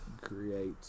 create